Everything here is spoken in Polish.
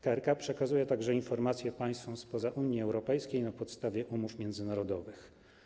KRK przekazuje także informacje państwom spoza Unii Europejskiej na podstawie umów międzynarodowych.